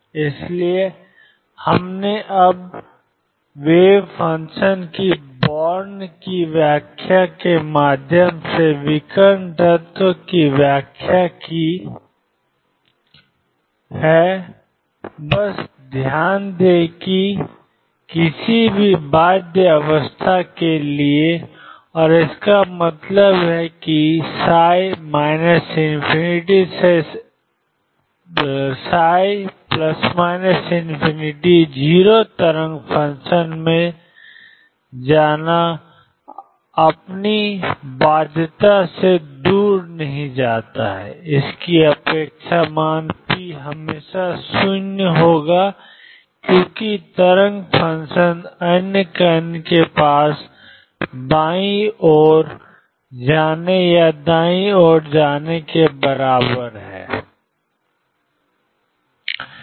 इसलिए हमने अब वेव फंक्शन की बॉर्न की व्याख्या के माध्यम से विकर्ण तत्व की व्याख्या की है बस ध्यान दें कि किसी भी बाध्य अवस्था के लिए और इसका मतलब है कि ψ±∞ 0 तरंग फ़ंक्शन में जाना अपनी बाध्यता से दूर नहीं जाता है इसकी अपेक्षा मान p हमेशा 0 होगा क्योंकि तरंग फ़ंक्शन अन्य कण के पास बाईं ओर जाने या दाईं ओर जाने के बराबर है यह